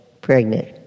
pregnant